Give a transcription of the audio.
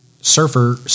surfer